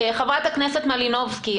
חברת הכנסת מלינובסקי.